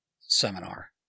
seminar